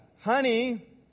Honey